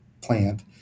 plant